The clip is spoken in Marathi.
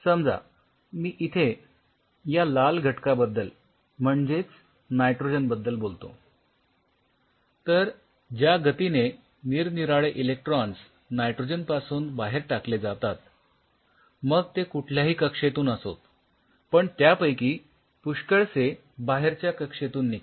समजा मी इथे या लाल घटकाबद्दल म्हणजेच नायट्रोजन बद्दल बोलतो तर ज्या गतीने निरनिराळे इलेक्ट्रॉन्स नायट्रोजनपासून बाहेर टाकले जातात मग ते कुठल्याही कक्षेतून असोत पण त्यापैकी पुष्कळसे बाहेरच्या कक्षेतून निघतात